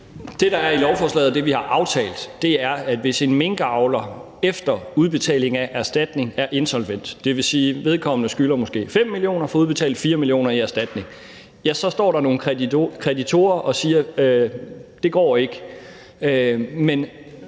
Det, der ligger i lovforslaget, og det, vi har aftalt, er, at hvis en minkavler efter udbetaling af erstatning er insolvent, det vil sige, at vedkommende måske skylder 5 mio. kr. og får udbetalt 4 mio. kr. i erstatning, så står der nogle kreditorer og siger, at den går ikke.